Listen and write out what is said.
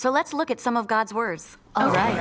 so let's look at some of god's words oh right